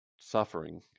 suffering